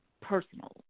personal